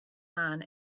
man